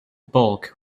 bulk